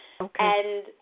Okay